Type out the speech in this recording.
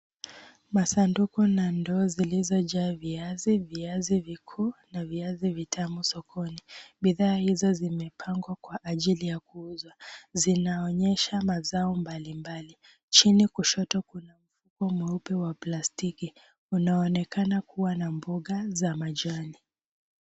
Masunduku na ndoo zilizojaa viazi, viazi vikuu na viazi vitamu sokoni. Bidhaa hizo zimepangwa kwa ajili ya kuuzwa. Zinaonyesha mazao mbalimbali. Chini kushoto kuna mfuko mweupe wa plastiki, unaonekana kuwa na mboga za majani.